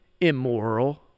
immoral